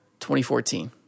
2014